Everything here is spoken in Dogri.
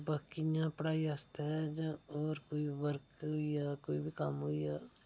बाकी इ'यां पढ़ाई आस्तै जां होर कोई वर्क होई गेआ कोई बी कम्म होई गेआ